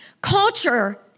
Culture